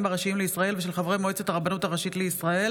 הראשיים לישראל ושל חברי מועצת הרבנות הראשית לישראל)